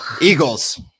eagles